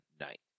night